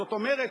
זאת אומרת,